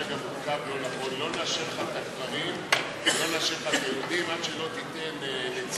לא נאשר לך את הדברים עד שלא תיתן,